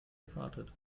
erwartet